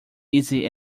easy